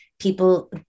people